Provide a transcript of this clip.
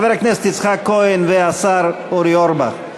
חבר הכנסת יצחק כהן והשר אורי אורבך,